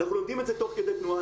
אנחנו לומדים את זה תוך כדי תנועה.